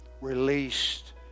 released